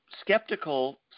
skeptical